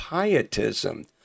Pietism